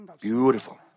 Beautiful